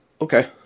Okay